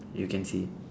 you can see